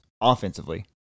offensively